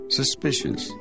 suspicious